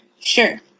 Sure